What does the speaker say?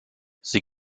sie